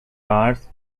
cars